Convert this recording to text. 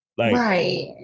Right